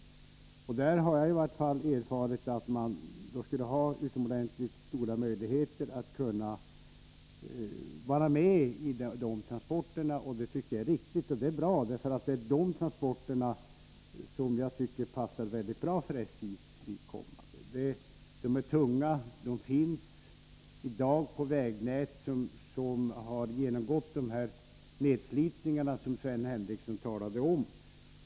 Jag har erfarit att SJ skulle kunna ha utomordentligt stora möjligheter att medverka i detta transportarbete. Och det är också en riktig satsning, eftersom det är fråga om transporter som passar mycket bra för SJ:s vidkommande. De är tunga, och de utförs i dag på ett vägnät som har varit utsatt för nedslitning, som Sven Henricsson talade om.